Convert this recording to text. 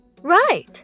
right